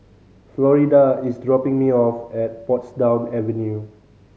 Florida is dropping me off at Portsdown Avenue